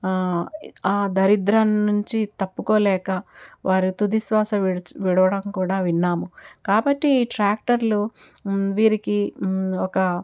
ఆ దరిద్రం నుంచి తప్పుకోలేక వారు తుది శ్వాస విడిచి విడవడం కూడా విన్నాము కాబట్టి ఈ ట్రాక్టర్లు వీరికి ఒక